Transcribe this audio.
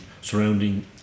surrounding